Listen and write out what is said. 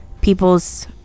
people's